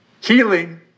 Healing